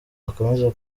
akomeza